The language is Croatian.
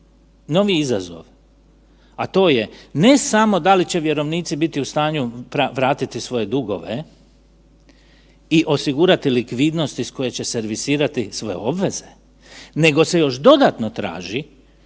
novi izazov. A to je ne samo da li će vjerovnici biti u stanju vratiti svoje dugove i osigurati likvidnost iz koje će servisirati svoje obveze, nego se još dodatno traži